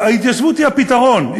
ההתיישבות היא הפתרון,